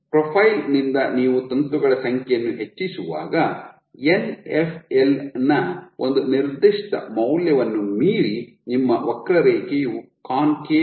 profile ನಿಂದ ನೀವು ತಂತುಗಳ ಸಂಖ್ಯೆಯನ್ನು ಹೆಚ್ಚಿಸುವಾಗ Nfl ನ ಒಂದು ನಿರ್ದಿಷ್ಟ ಮೌಲ್ಯವನ್ನು ಮೀರಿ ನಿಮ್ಮ ವಕ್ರರೇಖೆಯು ಕಾನ್ಕೇವ್ ಆಗಿರುವುದನ್ನು ನೀವು ನೋಡುತ್ತೀರಿ